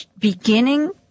beginning